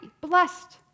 blessed